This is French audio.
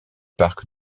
parcs